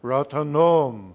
Ratanom